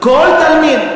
כל תלמיד,